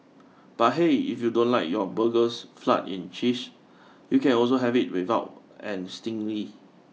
but hey if you don't like your burgers flood in cheese you can also have it without and singly